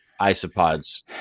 isopods